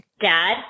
Dad